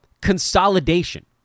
consolidation